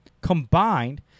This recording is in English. combined